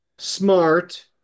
smart